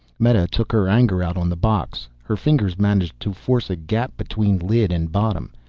meta took her anger out on the box. her fingers managed to force a gap between lid and bottom.